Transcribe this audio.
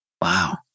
wow